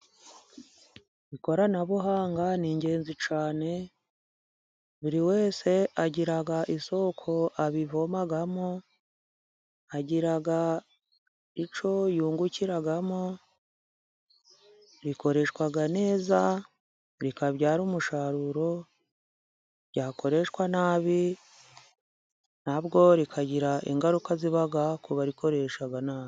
Ikoranabuhanga ni ingenzi cyane，buri wese agira isoko arivomamo， agira icyo yungukiramo， rikoreshwa neza rikabyara umusaruro， ryakoreshwa nabi nabwo rikagira ingaruka，ziba ku barikoresha nabi.